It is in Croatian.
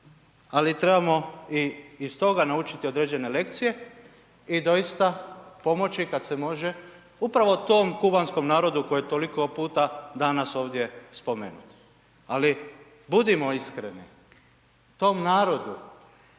ali trebamo i iz toga naučiti određene lekcije i doista pomoći kad se može upravo tom kubanskom narodu koji je toliko puta danas ovdje spomenut. Ali, budimo iskreni, tom narodu